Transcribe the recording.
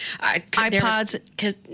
iPods